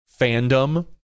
fandom